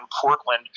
Portland